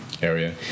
Area